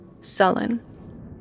sullen